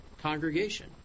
congregation